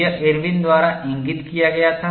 यह इरविनIrwin's द्वारा इंगित किया गया था